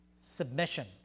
submission